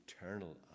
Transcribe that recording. eternal